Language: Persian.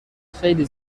خیلی